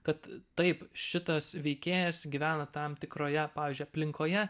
kad taip šitas veikėjas gyvena tam tikroje pavyzdžiui aplinkoje